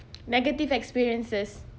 negative experiences